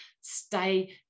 stay